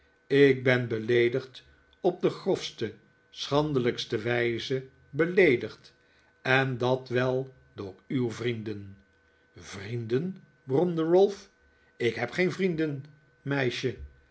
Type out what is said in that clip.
ik ben beleedigd op de grofste schandelijkste wijze beleedigd en dat wel door uw vrienden vrienden bromde ralph i k heb geen vrienden meisje